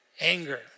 anger